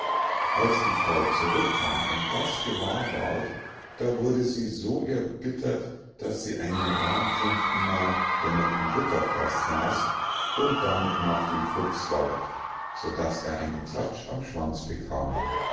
als die frau zurückkam und das gewahr ward da wurde sie so erbittert daß sie einen rahmklumpen nahm der noch im butterfaß saß und damit nach dem fuchs warf so daß er einen klatsch am schwanz bekam